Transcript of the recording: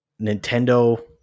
nintendo